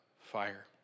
fire